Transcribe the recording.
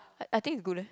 I I think is good leh